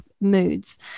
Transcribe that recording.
moods